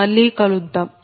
మళ్ళీ కలుద్దాం